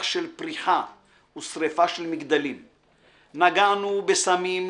של פריחה/ ושריפה של מגדלים/ נגענו בשמים,